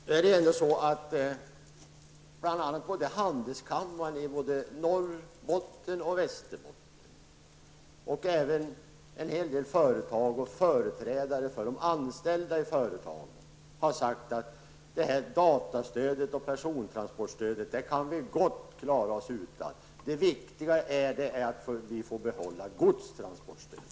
Herr talman! Handelskammaren både i Norrbotten och i Västerbotten, en hel del företag och företrädare för de anställda i företagen har förklarat att de gott kan klara sig utan datastödet och persontransportstödet. Det viktiga är att de får behålla godstransportstödet.